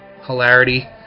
hilarity